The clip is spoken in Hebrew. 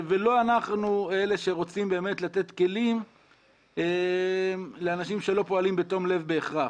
ולא אנחנו אלה שרוצים לתת כלים לאנשים שלא פועלים בתום לב בהכרח.